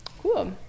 Cool